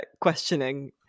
questioning